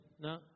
No